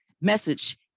message